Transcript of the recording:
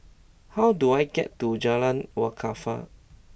how do I get to Jalan Wakaff